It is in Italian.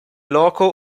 loco